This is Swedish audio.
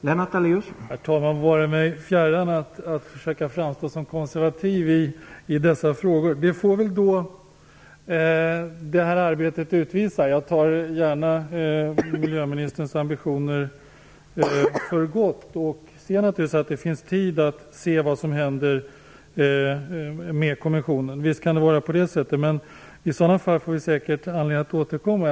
Herr talman! Det vore mig fjärran att försöka framstå som konservativ i dessa frågor. Det får väl arbetet utvisa. Jag tar gärna miljöministerns ambitioner för gott. Jag ser naturligtvis att det finns tid att se vad som händer med kommissionen. I sådana fall får vi säkert anledning att återkomma.